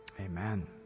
Amen